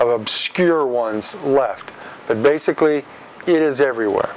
of obscure ones left but basically it is everywhere